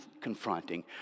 confronting